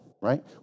right